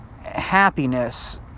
Happiness